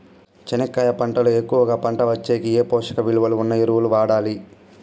చెనక్కాయ పంట లో ఎక్కువగా పంట వచ్చేకి ఏ పోషక విలువలు ఉన్న ఎరువులు వాడాలి?